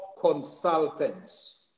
consultants